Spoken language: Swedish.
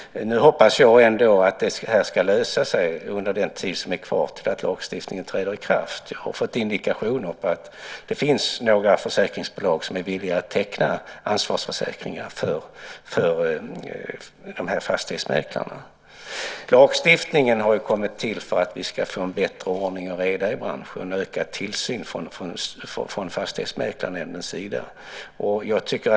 Nu hoppas jag att det ändå ska lösa sig under den tid som är kvar till att lagstiftningen träder i kraft. Jag har fått indikationer på att det finns några försäkringsbolag som är villiga att teckna ansvarsförsäkringar för de här fastighetsmäklarna. Lagstiftningen har kommit till för att vi ska få en bättre ordning och reda i branschen och ökad tillsyn från Fastighetsmäklarnämndens sida.